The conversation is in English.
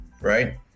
right